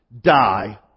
die